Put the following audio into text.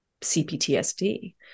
CPTSD